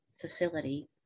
facility